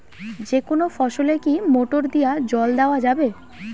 যেকোনো ফসলে কি মোটর দিয়া জল দেওয়া যাবে?